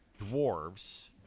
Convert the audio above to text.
dwarves